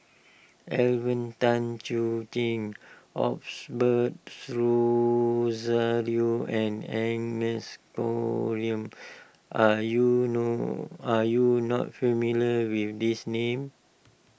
Alvin Tan Cheong Kheng Osbert Rozario and Agnes are you no are you not familiar with these names